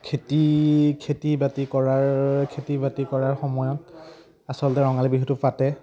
খেতি খেতি বাতি কৰাৰ খেতি বাতি কৰাৰ সময়ত আচলতে ৰঙালী বিহুটো পাতে